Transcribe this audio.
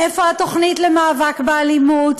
איפה התוכנית למאבק באלימות?